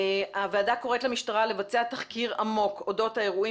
הוועדה קוראת למשטרה לבצע תחקיר עמוק אודות האירועים